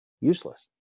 useless